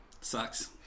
sucks